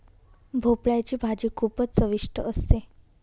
भोपळयाची भाजी खूपच चविष्ट असते